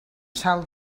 sal